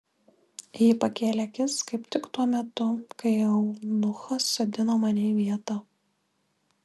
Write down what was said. ji pakėlė akis kaip tik tuo metu kai eunuchas sodino mane į vietą